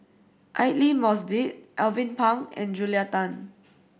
Aidli Mosbit Alvin Pang and Julia Tan